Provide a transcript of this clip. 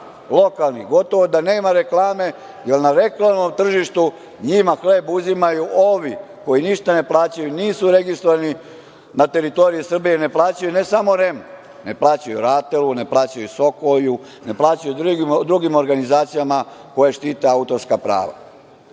lokalnih, gotovo da nema reklame, jer na reklamnom tržištu njima hleb uzimaju ovi koji ništa ne plaćaju, nisu registrovani na teritoriji Srbije, ne plaćaju, ne samo REM-u, ne plaćaju Ratelu, ne plaćaju Sokoju, ne plaćaju drugim organizacijama koje štite autorska prva.